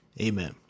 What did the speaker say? Amen